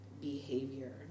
behavior